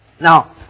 Now